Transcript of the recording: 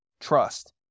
trust